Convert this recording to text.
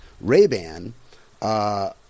Ray-Ban